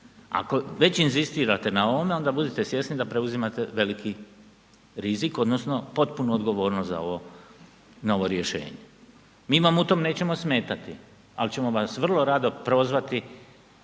Ako već inzistirate na ovome onda budite svjesni da preuzimate veliki rizik odnosno potpunu odgovornost za ovo, na ovo rješenje. Mi vam u tom nećemo smetati, al ćemo vas vrlo rado prozvati